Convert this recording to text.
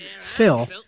Phil